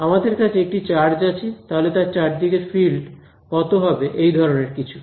আমার কাছে একটি চার্জ আছে তাহলে তার চারদিকে ফিল্ড কত হবে এই ধরনের কিছু